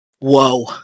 Whoa